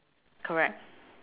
correct